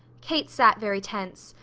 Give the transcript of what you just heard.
kate sat very tense.